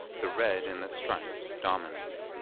the red in the stripes dominating.